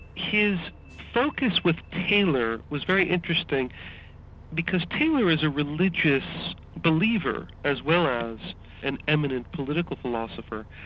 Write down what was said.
his focus with taylor was very interesting because taylor is a religious believer as well as an eminent political philosopher,